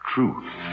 Truth